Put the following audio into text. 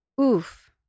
Oof